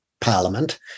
Parliament